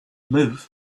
live